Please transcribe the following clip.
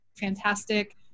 fantastic